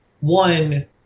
One